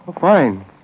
Fine